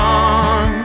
on